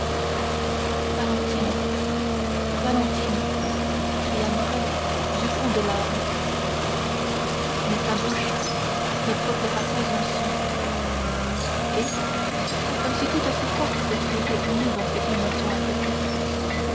valentine valentine cria morrel du fond de l'âme mais sa bouche ne proféra point un son et comme si toutes ses forces étaient unies dans cette émotion intérieure